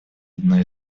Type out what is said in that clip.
одной